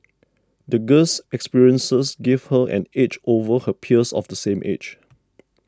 the girl's experiences gave her an edge over her peers of the same age